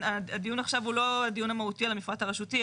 הדיון עכשיו הוא לא הדיון המהותי על המפרט הרשותי,